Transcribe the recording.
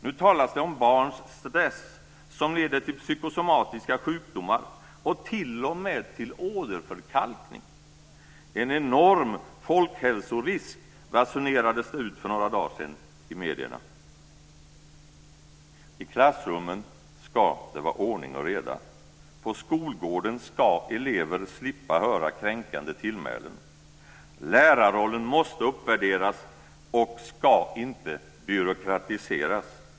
Nu talas det om barns stress som leder till psykosomatiska sjukdomar och t.o.m. till åderförkalkning. En enorm folkhälsorisk basunerades ut i medierna för några dagar sedan. I klassrummen ska det vara ordning och reda. På skolgården ska elever slippa höra kränkande tillmälen. Lärarrollen måste uppvärderas och ska inte byråkratiseras.